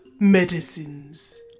medicines